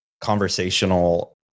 Conversational